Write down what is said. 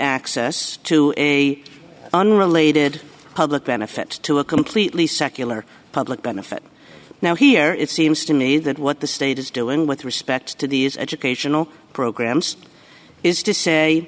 access to a unrelated public benefit to a completely secular public benefit now here it seems to me that what the state is doing with respect to these educational programs is to say